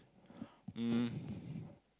um